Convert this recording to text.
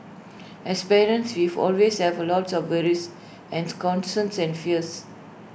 as parents we always have A lots of worries and concerns and fears